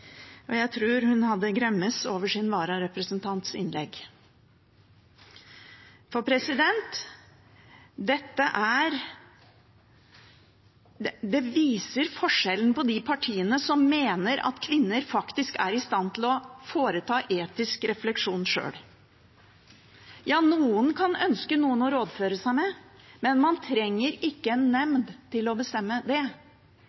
og jeg tror hun hadde gremtes over sin vararepresentants innlegg. Dette viser forskjellene opp mot de partiene som mener at kvinner faktisk er i stand til å foreta etisk refleksjon sjøl. Ja, noen kan ønske noen å rådføre seg med, men man trenger ikke en nemnd til å bestemme det.